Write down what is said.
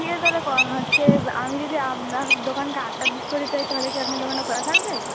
ঠিক আছে তাহলে হচ্ছে আমি যদি আপনার দোকানে আটটার দিক করে যাই তাহলে কি আপনার দোকানটা খোলা থাকবে